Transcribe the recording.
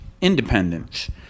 independence